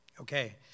Okay